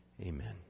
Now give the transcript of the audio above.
Amen